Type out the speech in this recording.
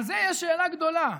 על זה יש שאלה גדולה: